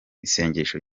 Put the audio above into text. isengesho